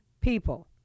people